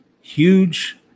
Huge